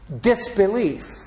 disbelief